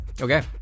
Okay